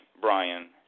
Brian